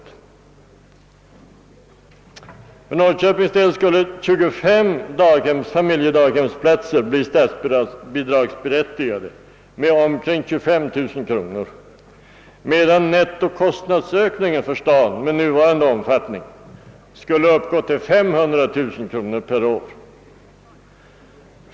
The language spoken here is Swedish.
För Norrköpings del skulle 25 familjedaghemsplatser bli statsbidragsberättigade med omkring 25000 kronor medan nettokostnadsökningen för staden med nuvarande omfattning skulle uppgå till 500 000 kronor per år.